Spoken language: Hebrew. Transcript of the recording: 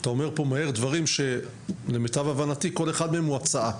אתה אומר מהר דברים שלמיטב הבנתי כל אחד מהם הוא הצעה.